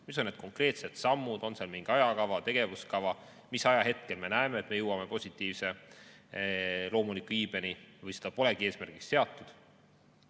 Mis on need konkreetsed sammud? On seal mingi ajakava, tegevuskava, mis ajahetkel me näeme, et me jõuame positiivse loomuliku iibeni, või seda polegi eesmärgiks seatud?